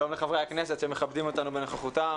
שלום לחברי הכנסת שמכבדים אותנו בנוכחותם.